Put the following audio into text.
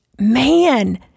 man